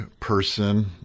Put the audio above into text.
person